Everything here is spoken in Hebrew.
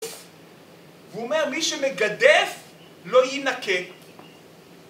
והוא אומר מי שמגדף לא יינקה